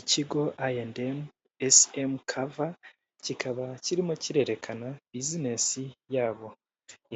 Ikigo Ayi andi emu esi emu kava kikaba kirimo kirerekana bizinesi yabo